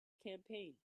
campaign